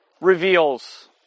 reveals